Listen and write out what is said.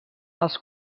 els